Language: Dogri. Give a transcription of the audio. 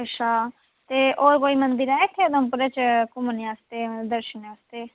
अच्छा ते होर कोई मंदर ऐ इत्थें उधमपुरे च घूमने आस्तै दर्शनें आस्तै